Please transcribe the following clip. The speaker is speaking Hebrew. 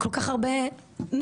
לכל כך הרבה --- נכון.